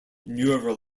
neural